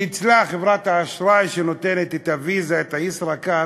חברת האשראי שנותנת את "ויזה", את "ישראכרט"